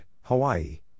Hawaii